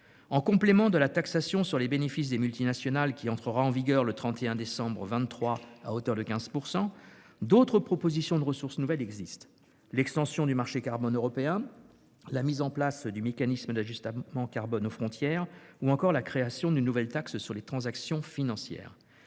En complément de la taxation sur les bénéfices des multinationales à hauteur de 15 %, qui entrera en vigueur le 31 décembre 2023, d'autres solutions existent : l'extension du marché carbone européen, la mise en place du mécanisme d'ajustement carbone aux frontières ou encore la création d'une nouvelle taxe sur les transactions financières.